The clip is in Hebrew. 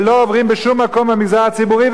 ולא עוברים בשום מקום במגזר הציבורי,